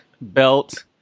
belt